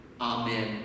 AMEN